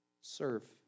Serve